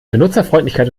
benutzerfreundlichkeit